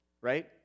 right